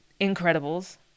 Incredibles